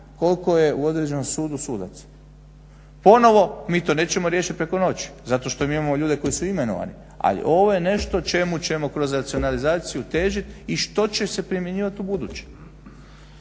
koliko je u određenom sudu sudaca. Ponovo, mi to nećemo riješit preko noći zato što mi imamo ljude koji su imenovani, ali ovo je nešto o čemu ćemo kroz racionalizaciju težit i što će se primjenjivat ubuduće.